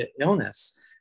illness